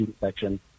section